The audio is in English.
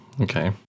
Okay